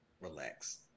Relax